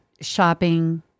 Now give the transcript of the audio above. shopping